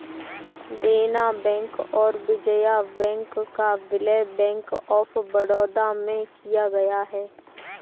देना बैंक और विजया बैंक का विलय बैंक ऑफ बड़ौदा में किया गया है